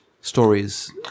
stories